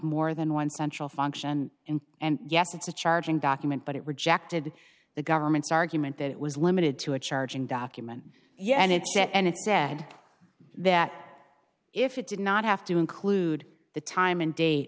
more than one central function in and yes it's a charging document but it rejected the government's argument that it was limited to a charging document yes and it's set and it's sad that if it did not have to include the time and date